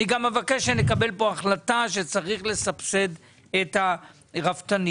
אני גם מבקש שנקבל פה החלטה שצריך לסבסד את הרפתנים.